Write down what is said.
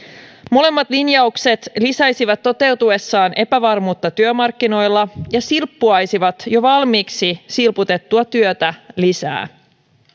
molemmat linjaukset lisäisivät toteutuessaan epävarmuutta työmarkkinoilla ja silppuaisivat jo valmiiksi silputettua työtä lisää